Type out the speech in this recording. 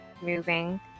moving